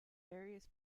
various